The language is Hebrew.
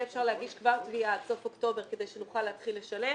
יהיה אפשר להגיש כבר תביעה עד סוף אוקטובר כדי שנוכל להתחיל לשלם,